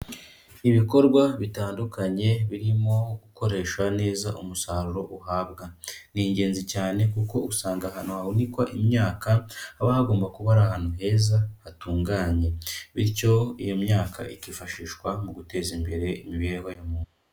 Ibikorwa bitandukanye birimo gukoresha neza umusaruro uhabwa, ni ingenzi cyane kuko usanga ahantu hahunikwa imyaka haba hagomba kuba ari ahantu heza hatunganye, bityo iyo myaka ikifashishwa mu guteza imbere imibereho ya muntu.